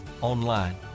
online